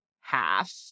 half